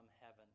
heaven